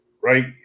right